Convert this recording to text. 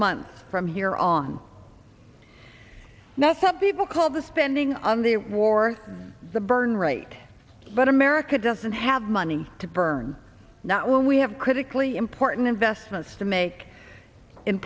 month from here on now some people call the spending on the war the burn rate but america doesn't have money to burn not when we have critically important investments to make in